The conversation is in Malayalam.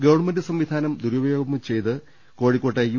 ഗവൺമെന്റ് സംവിധാനം ദുരുപയോഗം ചെയ്ത് കോഴി ക്കോട്ടെ യു